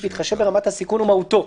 בהתחשב ברמת הסיכון ומהותו.